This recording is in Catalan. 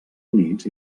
units